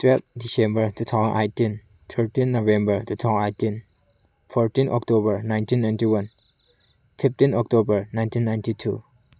twelve December two thousand eighteen thirteen November two thousand eighteen fourteen October nineteen ninety one fifteen October nineteen ninety two